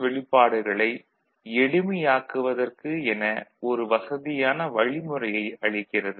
வெளிப்பாடுகளை எளிமையாக்குவதற்கு என ஒரு வசதியான வழிமுறையை அளிக்கிறது